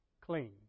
clean